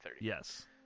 Yes